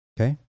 Okay